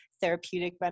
therapeutic